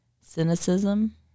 cynicism